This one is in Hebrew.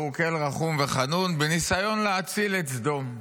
שהוא רחום וחנון, בניסיון להציל את סדום.